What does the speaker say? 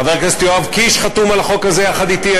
חבר הכנסת יואב קיש חתום על החוק הזה יחד אתי,